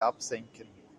absenken